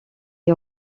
est